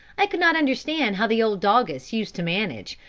i could not understand how the old doggess used to manage,